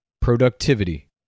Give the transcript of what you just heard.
Productivity